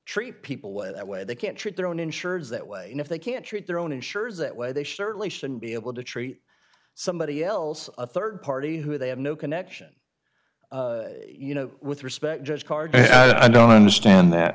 treat people that way they can't treat their own insurers that way if they can't treat their own insurers that way they certainly shouldn't be able to treat somebody else a rd party who they have no connection you know with respect just card i don't understand that